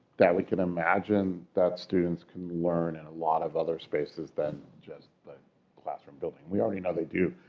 that we can imagine that students can learn in a lot of other spaces than just the but classroom building. we already know they do.